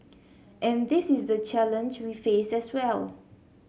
and this is the challenge we face as well